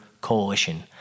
coalition